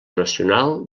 nacional